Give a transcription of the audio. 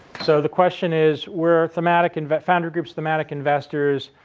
so, the question is where thematic and but foundry group's thematic investors,